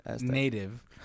Native